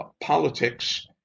politics